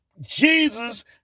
Jesus